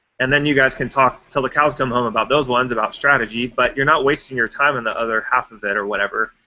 and then you guys can talk until the cows come home about those ones, about strategy, but you're not wasting your time on the other half of that or whatever.